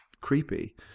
creepy